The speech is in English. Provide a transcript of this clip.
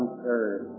third